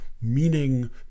meaning